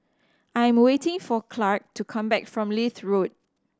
I am waiting for Clarke to come back from Leith Road